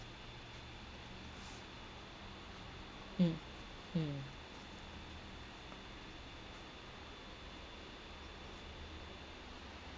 mm mm